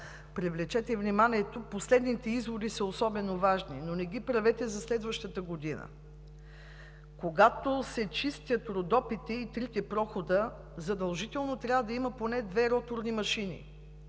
привлечете вниманието на изводите, които са особено важни, но не правете това за следващата година. Когато се чистят Родопите и трите прохода, задължително трябва да има поне две роторни машини.